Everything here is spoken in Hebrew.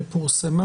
שפורסמה?